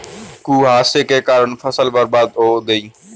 कुहासे के कारण फसल बर्बाद हो गयी